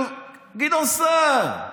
של גדעון סער,